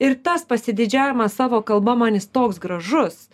ir tas pasididžiavimas savo kalba man jis toks gražus